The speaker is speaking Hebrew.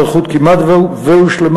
ההיערכות כמעט והושלמה,